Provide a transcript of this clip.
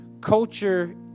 Culture